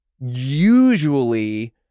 usually